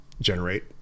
generate